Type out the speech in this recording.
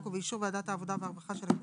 ובאישור ועדת העבודה והרווחה של הכנסת,